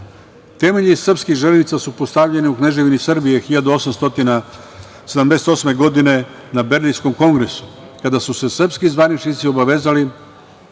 svet. Temelji srpskih železnica su postavljeni u Kneževini Srbije 1878. godine na Berlinskom kongresu, kada su se srpski zvaničnici obavezali